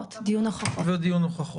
בקורונה.